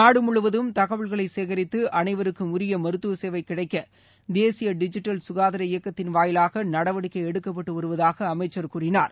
நாடு முழுவதும் தகவல்களை சேகரித்து அனைவருக்கும் உரிய மருத்துவ சேவை கிடைக்க தேசிய டிஜிட்டல் சுகாதார இயக்கத்தின் வாயிவாக நடவடிக்கை எடுக்கப்பட்டு வருவதாக அமைச்சர் கூறினார்